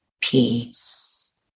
peace